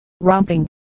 romping